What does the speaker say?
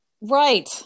right